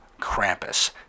Krampus